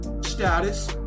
status